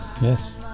Yes